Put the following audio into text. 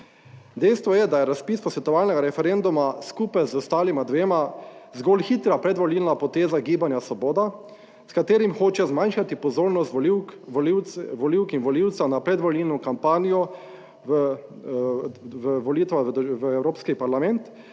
Dejstvo je, da je razpis posvetovalnega referenduma, skupaj z ostalima dvema, zgolj hitra predvolilna poteza Gibanja Svoboda, s katerim hoče zmanjšati pozornost volivk in volivcev na predvolilno kampanjo v volitvah v Evropski parlament